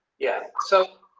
yeah, so